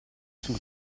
sul